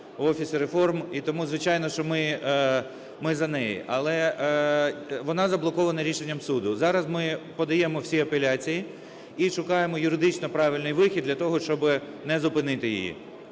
Офісі реформ, і тому, звичайно, що ми за неї, але вона заблокована рішенням суду. Зараз ми подаємо всі апеляції і шукаємо юридично правильний вихід для того, щоб не зупинити її.